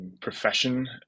profession